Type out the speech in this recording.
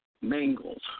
mangled